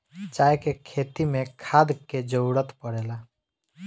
चाय के खेती मे खाद के जरूरत पड़ेला